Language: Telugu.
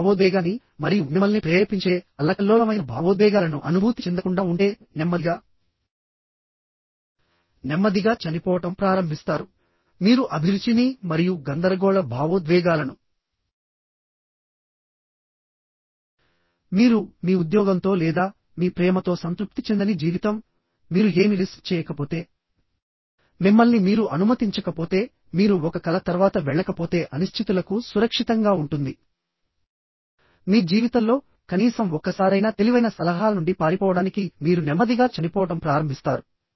మీరు భావోద్వేగాన్ని మరియు మిమ్మల్ని ప్రేరేపించే అల్లకల్లోలమైన భావోద్వేగాలను అనుభూతి చెందకుండా ఉంటే నెమ్మదిగా నెమ్మదిగా చనిపోవడం ప్రారంభిస్తారు మీరు అభిరుచిని మరియు గందరగోళ భావోద్వేగాలను మీరు మీ ఉద్యోగంతో లేదా మీ ప్రేమతో సంతృప్తి చెందని జీవితం మీరు ఏమి రిస్క్ చేయకపోతే మిమ్మల్ని మీరు అనుమతించకపోతే మీరు ఒక కల తర్వాత వెళ్లకపోతే అనిశ్చితులకు సురక్షితంగా ఉంటుంది మీ జీవితంలో కనీసం ఒక్కసారైనా తెలివైన సలహాల నుండి పారిపోవడానికి మీరు నెమ్మదిగా చనిపోవడం ప్రారంభిస్తారు